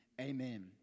amen